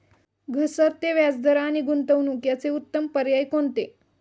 घसरते व्याजदर आणि गुंतवणूक याचे उत्तम पर्याय कोणते?